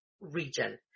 region